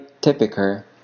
typical